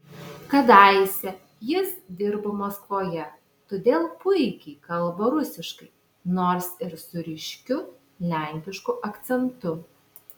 kadaise jis dirbo maskvoje todėl puikiai kalba rusiškai nors ir su ryškiu lenkišku akcentu